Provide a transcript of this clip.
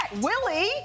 Willie